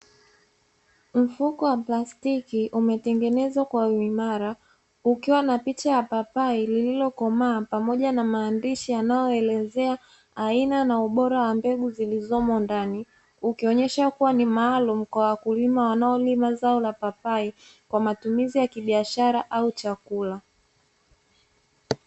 Mfuko wa plastiki, umetengenezwa kwa uimara, ukiwa na picha ya papai, lililokomaa, pamoja na maandishi yanayoelezea, aina na ubora wa mbegu zilizomo ndani, ukionyesha kuwa ni maalumu, kwa wakulima wanaolima zao la papai, kwa matumizi ya kibiashara, au chakula.